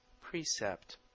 Precept